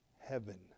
heaven